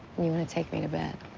you want to take me to bed.